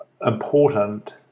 important